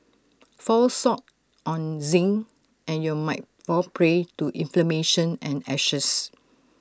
fall short on zinc and you'll might fall prey to inflammation and ashes